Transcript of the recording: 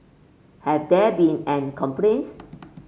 have there been any complaints